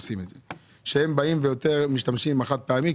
שהם משתמשים בחד פעמי.